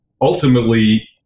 Ultimately